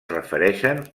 refereixen